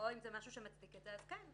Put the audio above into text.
או אם זה משהו שמצדיק את זה אז כן.